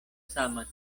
sama